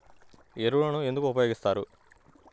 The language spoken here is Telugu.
ఎరువులను ఎందుకు ఉపయోగిస్తారు?